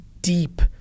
deep